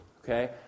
Okay